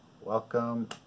Welcome